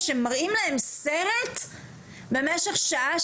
או שמראים להם סרט במשך שעה,